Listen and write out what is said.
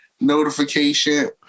notification